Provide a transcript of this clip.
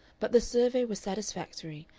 but the survey was satisfactory,